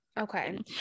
Okay